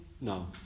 No